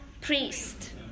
priest